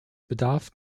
bedarf